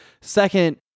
Second